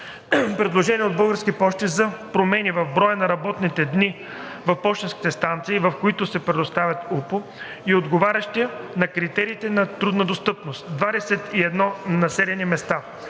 предложения от БП за промени в броя на работните дни в пощенските станции, в които се предоставя УПУ и отговарящи на критериите за труднодостъпност (21 населени места).